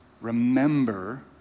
remember